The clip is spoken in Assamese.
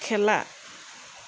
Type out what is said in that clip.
খেলা